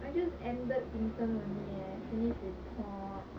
I just ended intern only eh finish report